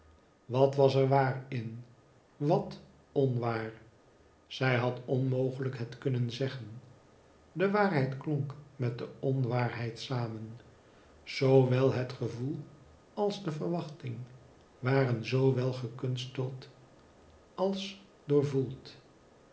wat was er waar in wat onwaar zij had onmogelijk het kunnen zeggen de waarheid klonk met de onwaarheid samen zoo wel het gevoel als de verwachting waren zoo wel gekunsteld als